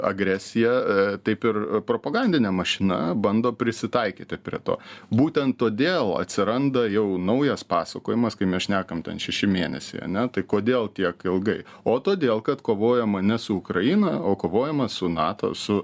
agresija taip ir propagandinė mašina bando prisitaikyti prie to būtent todėl atsiranda jau naujas pasakojimas kai mes šnekam ten šeši mėnesiai ane tai kodėl tiek ilgai o todėl kad kovojama ne su ukraina o kovojama su nato su